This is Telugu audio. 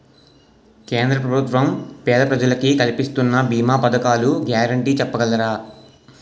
కేంద్ర ప్రభుత్వం పేద ప్రజలకై కలిపిస్తున్న భీమా పథకాల గ్యారంటీ చెప్పగలరా?